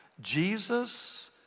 Jesus